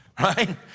right